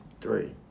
three